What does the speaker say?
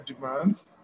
demands